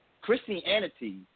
Christianity